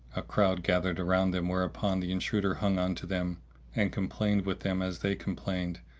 a crowd gathered around them, whereupon the intruder hung on to them and complained with them as they complained,